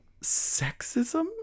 sexism